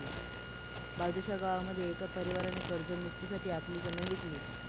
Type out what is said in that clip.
बाजूच्या गावामध्ये एका परिवाराने कर्ज मुक्ती साठी आपली जमीन विकली